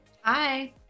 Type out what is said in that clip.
Hi